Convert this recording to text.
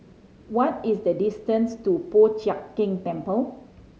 what is the distance to Po Chiak Keng Temple